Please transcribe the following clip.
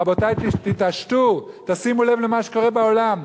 רבותי, תתעשתו, תשימו לב למה שקורה בעולם.